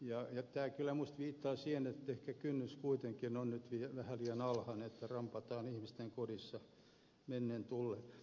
tämä kyllä minusta viittaa siihen että ehkä kynnys kuitenkin on nyt vähän liian alhainen että rampataan ihmisten kodeissa mennen tullen